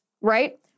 right